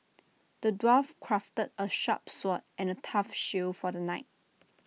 the dwarf crafted A sharp sword and A tough shield for the knight